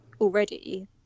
already